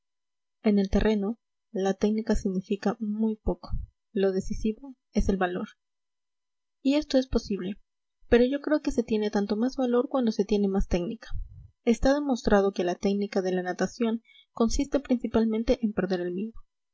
en el terreno la técnica significa muy poco lo decisivo es el valor y esto es posible pero yo creo que se tiene tanto más valor cuanto se tiene más técnica está demostrado que la técnica de la natación consiste principalmente en perder el miedo